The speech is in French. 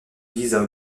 visent